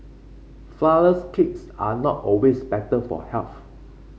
flourless cakes are not always better for health